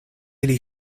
ili